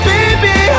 Baby